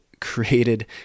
created